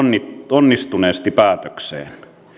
onnistuneesti päätökseen